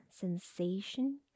sensation